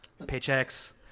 paychecks